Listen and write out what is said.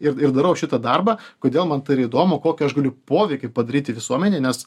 ir ir darau šitą darbą kodėl man tai ir įdomu kokį aš galiu poveikį padaryti visuomenei nes